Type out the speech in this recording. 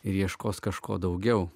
ir ieškos kažko daugiau